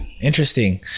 Interesting